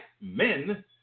men